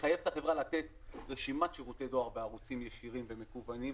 לחייב את החברה לתת רשימת שירותי דואר בערוצים ישירים ומקוונים.